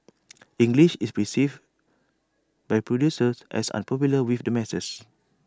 English is perceived by producers as unpopular with the masses